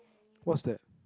what's that